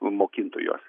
mokintų juos